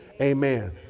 Amen